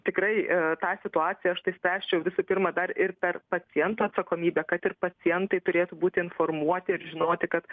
tikrai tą situaciją aš tai spręsčiau visų pirma dar ir per paciento atsakomybę kad ir pacientai turėtų būti informuoti ir žinoti kad